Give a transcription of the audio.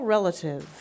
Relative